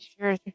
sure